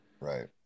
Right